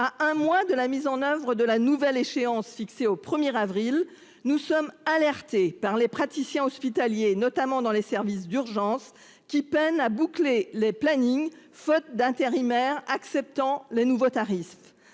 à un mois de la mise en oeuvre de la nouvelle échéance fixée au premier avril nous sommes alertés par les praticiens hospitaliers, notamment dans les services d'urgence qui peinent à boucler les plannings faute d'intérimaires acceptant les nouveaux tarifs.